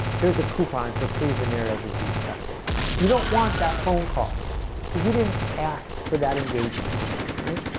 here's a coupon for free venereal disease testing you don't want that phone call because you didn't ask for that engagement with them, right?